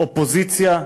אופוזיציה,